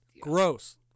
Gross